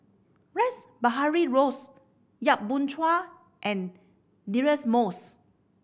Rash Behari Bose Yap Boon Chuan and Deirdre Moss